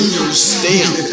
understand